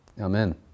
Amen